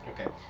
Okay